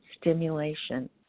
stimulation